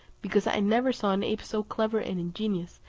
because i never saw an ape so clever and ingenious,